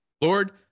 Lord